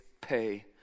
pay